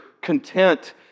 content